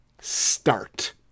Start